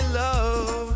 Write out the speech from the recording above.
love